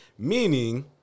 Meaning